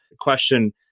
question